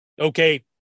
okay